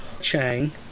Chang